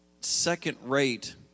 second-rate